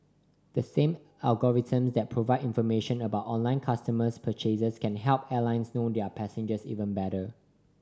the same algorithms that provide information about online consumer purchases can help airlines know their passengers even better